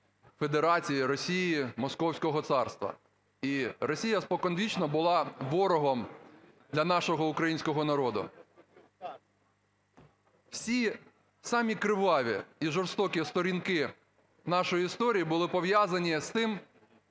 Федерації, Росії, Московського царства. І Росія споконвічно була ворогом для нашого українського народу. Всі самі криваві і жорстокі сторінки нашої історії були пов'язані з тим,